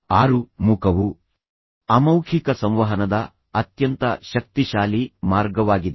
ಆರು ಮುಖವು ಅಮೌಖಿಕ ಸಂವಹನದ ಅತ್ಯಂತ ಶಕ್ತಿಶಾಲಿ ಮಾರ್ಗವಾಗಿದೆ